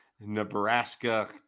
Nebraska